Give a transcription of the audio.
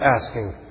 asking